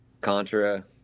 Contra